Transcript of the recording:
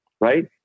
right